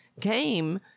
came